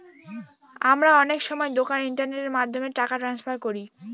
আমরা অনেক সময় দোকানে ইন্টারনেটের মাধ্যমে টাকা ট্রান্সফার করি